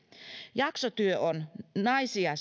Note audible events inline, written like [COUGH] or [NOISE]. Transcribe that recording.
jaksotyö on naisia [UNINTELLIGIBLE]